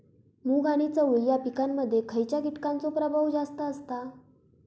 मूग आणि चवळी या पिकांमध्ये खैयच्या कीटकांचो प्रभाव जास्त असता?